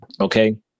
Okay